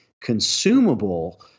consumable